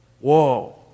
Whoa